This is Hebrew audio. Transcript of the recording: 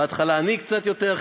בהתחלה אני קצת יותר,